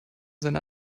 seine